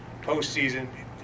postseason